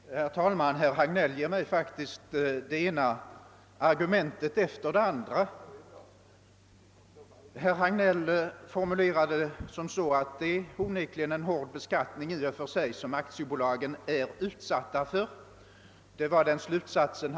Herr talman! Herr Hagnell ger mig faktiskt det ena argumentet efter det andra. Av sitt sifferexempel drog han slutsatsen att aktiebolagen onekligen är utsatta för en hård beskattning.